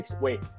wait